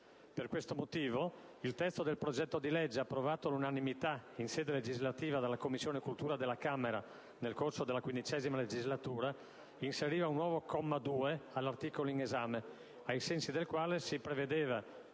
Per questo motivo, il testo del progetto di legge approvato all'unanimità in sede legislativa dalla Commissione cultura della Camera, nel corso della XV legislatura, inseriva un nuovo comma 2 all'articolo in esame, ai sensi del quale si prevedeva